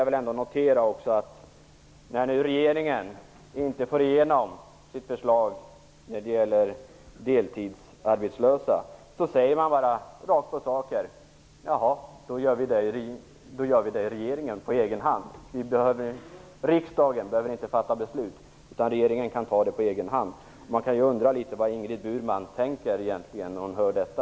Jag vill också notera att när nu regeringen inte får igenom sitt förslag när det gäller deltidsarbetslösa säger man bara rakt på sak att man kan genomföra det på egen hand i regeringen. Riksdagen behöver inte fatta beslut. Regeringen kan ta det på egen hand. Man kan undra litet vad Ingrid Burman egentligen tänker när hon hör detta.